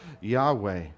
Yahweh